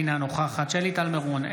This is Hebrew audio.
אינה נוכחת שלי טל מירון,